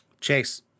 chase